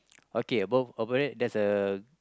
okay above above it there's a